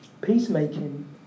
Peacemaking